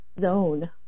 zone